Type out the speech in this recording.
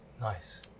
Nice